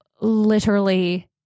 literally-